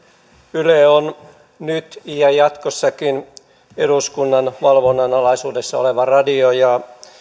yle on nyt ja jatkossakin eduskunnan valvonnan alaisuudessa oleva radio ja